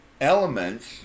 elements